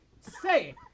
say